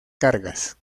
cargas